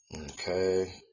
Okay